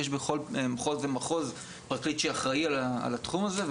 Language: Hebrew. יש בכל מחוז ומחוז פרקליט שאחראי על התחום הזה,